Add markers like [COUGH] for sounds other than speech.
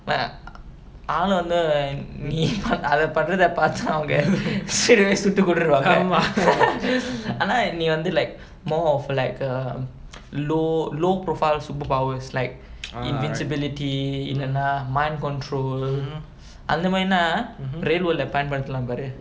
ஆனா ஒன்னு நீ அத பண்றத பாத்தா அவங்க சிலவே சுட்டு கொன்றுவாங்க:aanaa onnu nee atha panratha paathaa avanga silavae suttu kondruvaanga [LAUGHS] ஆனா நீ வந்து:aanaa nee vanthu like more of like the low pro profile super powers like invincibility இல்லனா:illanaa mind control அந்தமாரினா:anthamaarinaa real world lah பயன்படுத்தலாம் பாரு:payanpaduthalaam paaru